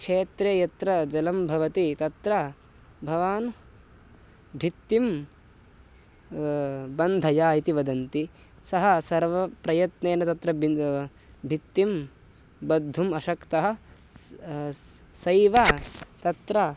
क्षेत्रे यत्र जलं भवति तत्र भवान् भित्तिं बन्धया इति वदन्ति सः सर्वप्रयत्नेन तत्र बिन् भित्तिं बद्धुम् अशक्तः स् स् सैव तत्र